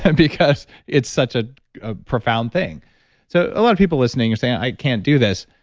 and because it's such ah a profound thing so a lot of people listening who's saying i can't do this,